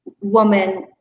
Woman